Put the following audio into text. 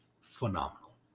phenomenal